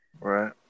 Right